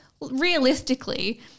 realistically